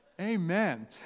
Amen